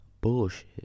bullshit